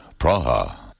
Praha